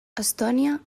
estònia